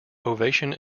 ovation